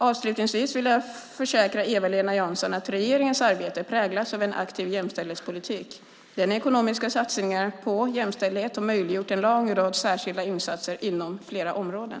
Avslutningsvis vill jag försäkra Eva-Lena Jansson att regeringens arbete präglas av en aktiv jämställdhetspolitik. Den ekonomiska satsningen på jämställdhet har möjliggjort en lång rad särskilda insatser inom flera områden.